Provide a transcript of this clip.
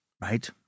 right